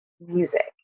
music